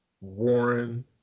Warren